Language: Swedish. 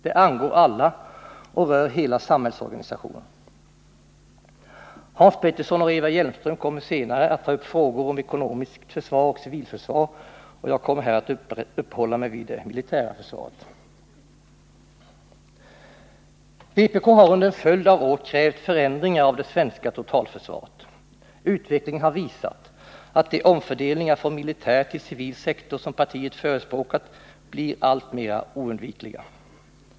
Det angår alla och rör hela samhällsorganisationen. Hans Petersson i Hallstahammar och Eva Hjelmström kommer senare att ta upp frågor som gäller det ekonomiska försvaret och civilförsvaret, och jag skall här uppehålla mig vid det militära försvaret. Vpk har under en följd av år krävt förändringar av det svenska totalförsvaret. Utvecklingen har visat att de omfördelningar från militär till civil sektor som partiet förespråkat blir alltmera oundvikliga.